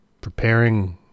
preparing